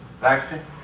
Baxter